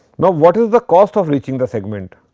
now, what is the cost of reaching the segment?